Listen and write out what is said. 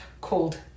called